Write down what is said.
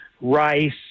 rice